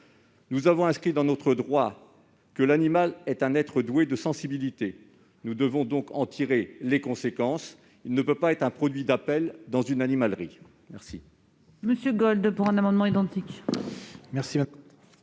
Nous avons inscrit dans notre droit que l'animal est un être doué de sensibilité ; nous devons en tirer les conséquences : il ne peut constituer un produit d'appel dans une animalerie. La